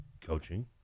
Coaching